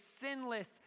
sinless